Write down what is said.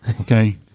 Okay